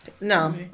No